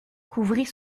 couvrit